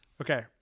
Okay